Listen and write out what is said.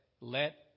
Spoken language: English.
let